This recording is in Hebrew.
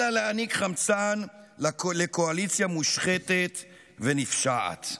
אלא להעניק חמצן לקואליציה מושחתת ונפשעת.